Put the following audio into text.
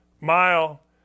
mile